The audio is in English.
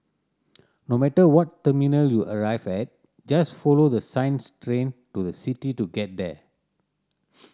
no matter what terminal you arrive at just follow the signs Train to the City to get there